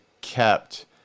kept